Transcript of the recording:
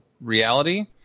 reality